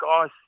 guys